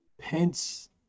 Pence